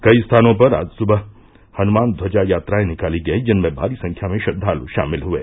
कई स्थानों पर आज सुबह हनुमान ध्वजा यात्रायें निकाली गयीं जिनमें भारी संख्या में श्रद्वालू शामिल हुये